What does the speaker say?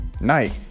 night